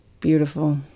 Beautiful